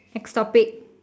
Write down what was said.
eh stop it